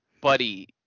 Buddy